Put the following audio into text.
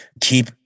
keep